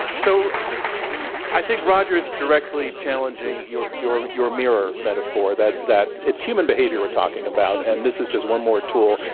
so i think roger is directly challenging your your mirror metaphor that that it's human behavior we're talking about and this is just one more tool.